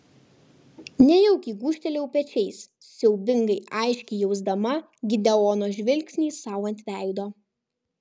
nejaukiai gūžtelėjau pečiais siaubingai aiškiai jausdama gideono žvilgsnį sau ant veido